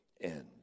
end